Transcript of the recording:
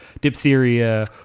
diphtheria